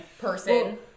person